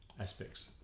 aspects